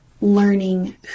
learning